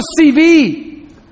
CV